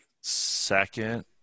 second